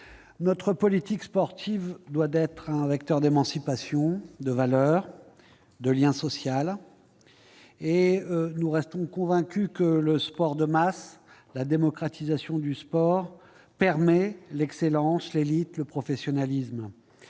notre politique sportive se doit d'être un vecteur d'émancipation, de valeurs, de lien social. Nous restons convaincus que le sport de masse, la démocratisation du sport sont compatibles avec l'excellence, l'élite, le professionnalisme,